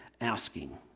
asking